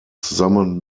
zusammen